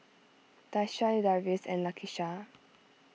Daisha Darius and Lakisha